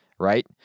right